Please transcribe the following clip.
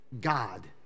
God